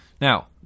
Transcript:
now